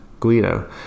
Guido